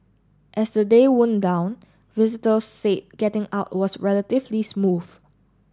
as the day wound down visitors said getting out was relatively smooth